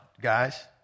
guys